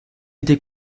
été